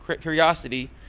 curiosity